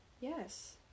Yes